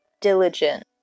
diligent